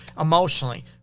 emotionally